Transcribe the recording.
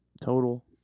total